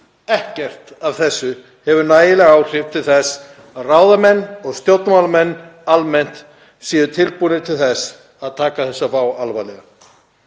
ekkert af þessu hefur nægileg áhrif til þess að ráðamenn og stjórnmálamenn almennt séu tilbúnir til þess að taka þessa vá alvarlega.